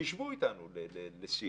תשבו איתנו לשיח.